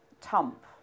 Tump